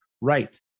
right